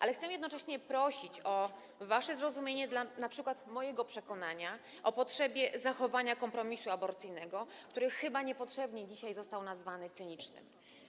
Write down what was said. Ale chcę jednocześnie prosić o wasze zrozumienie dla np. mojego przekonania o potrzebie zachowania kompromisu aborcyjnego, który chyba niepotrzebnie dzisiaj został nazwany cynicznym.